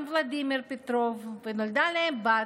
התחתנה עם ולדימיר פטרוב ונולדה להם בת,